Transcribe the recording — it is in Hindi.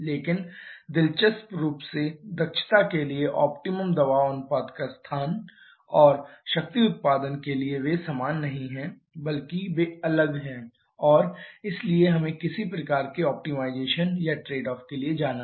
लेकिन दिलचस्प रूप से दक्षता के लिए ऑप्टिमम दबाव अनुपात का स्थान और शक्ति उत्पादन के लिए वे समान नहीं हैं बल्कि वे अलग हैं और इसलिए हमें किसी प्रकार के ऑप्टिमाइजेशन या ट्रेड ऑफ के लिए जाना है